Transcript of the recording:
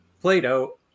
Plato